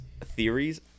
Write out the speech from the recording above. theories